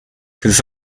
his